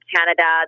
Canada